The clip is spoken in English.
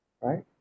right